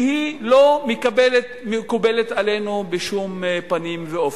שהיא לא מקובלת עלינו בשום פנים ואופן.